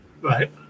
Right